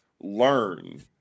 learn